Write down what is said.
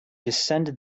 descended